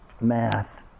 math